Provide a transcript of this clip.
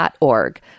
org